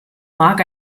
mark